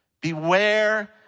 Beware